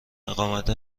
اقامت